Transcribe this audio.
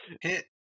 hit